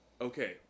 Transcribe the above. Okay